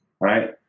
right